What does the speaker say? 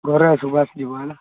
ଘରେ ଆସ ସବୁ ଆସି ଯିବ ହେଲା